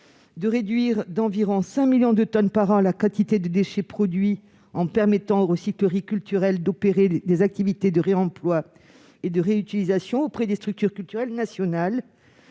de réduire d'environ 5 millions de tonnes par an la quantité de déchets produits en permettant aux recycleries culturelles de mettre en oeuvre des activités de réemploi et de réutilisation auprès des structures culturelles nationales,